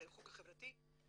בחוג החברתי.